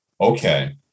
Okay